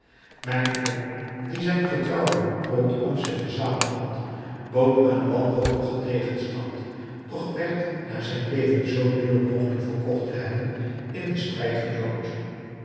mijn oom die zijne getrouwen rondom zich verzameld had bood een wanhopigen tegenstand doch werd na zijn leven zoo duur mogelijk verkocht te hebben in den strijd gedood